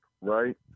right